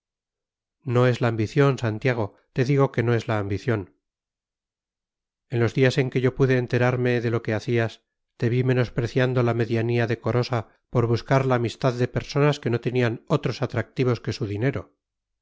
no es la ambición santiago te digo que no es la ambición en los días en que yo pude enterarme de lo que hacías te vi menospreciando la medianía decorosa por buscar la amistad de personas que no tenían otros atractivos que su dinero